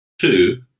Two